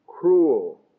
cruel